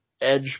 edge